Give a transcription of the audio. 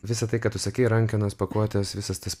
visa tai ką tu sakei rankenos pakuotės visas tas